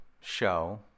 show